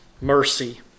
mercy